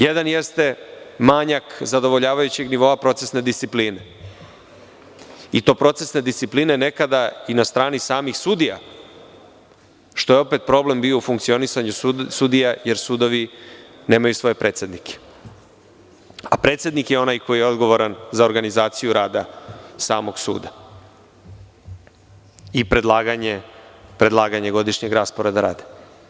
Jedan jeste manjak zadovoljavajućeg nivoa procesne discipline, i to procesne discipline nekada i na strani samih sudija što je opet problem bio u funkcionisanju sudija, jer sudovi nemaju svoje predsednike, a predsednik je onaj koji je odgovoran za organizaciju rada samog suda i predlaganje godišnjeg rasporeda rada.